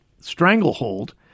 stranglehold